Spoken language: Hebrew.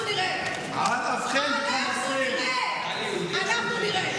חבר הכנסת ווליד טאהא, אינו נוכח.